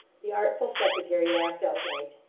the artful secretary laughed outright.